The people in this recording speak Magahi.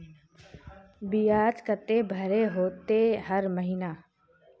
बियाज केते भरे होते हर महीना?